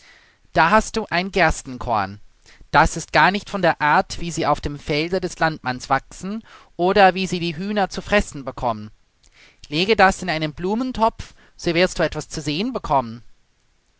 da hast du ein gerstenkorn das ist gar nicht von der art wie sie auf dem felde des landmanns wachsen oder wie sie die hühner zu fressen bekommen lege das in einen blumentopf so wirst du etwas zu sehen bekommen